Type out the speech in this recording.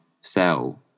sell